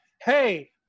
hey